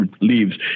leaves